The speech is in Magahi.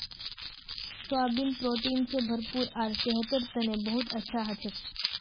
सोयाबीन प्रोटीन स भरपूर आर सेहतेर तने बहुत अच्छा हछेक